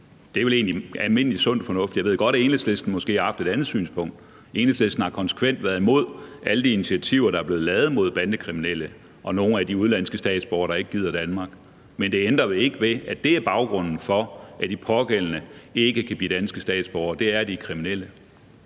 egentlig almindelig sund fornuft. Jeg ved godt, at Enhedslisten måske har haft et andet synspunkt. Enhedslisten har konsekvent været imod alle de initiativer, der er blevet lavet mod bandekriminelle og nogle af de udenlandske statsborgere, der ikke gider Danmark. Men det ændrer vel ikke ved, at det, der er baggrunden for, at de pågældende ikke kan blive danske statsborgere, er, at de er kriminelle.